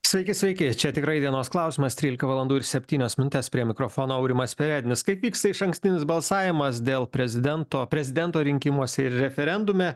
sveiki sveiki čia tikrai dienos klausimas trylika valandų ir septynios minutės prie mikrofono aurimas perednis kaip vyksta išankstinis balsavimas dėl prezidento prezidento rinkimuose ir referendume